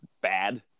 bad